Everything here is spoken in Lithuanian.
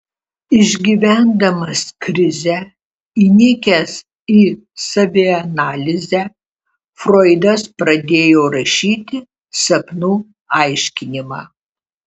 išgyvendamas krizę įnikęs į savianalizę froidas pradėjo rašyti sapnų aiškinimą